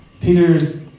Peter's